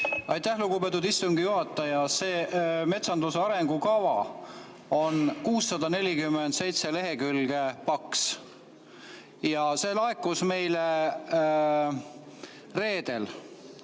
Aitäh, lugupeetud istungi juhataja! See metsanduse arengukava on 647 lehekülge paks ja see laekus meile reedel.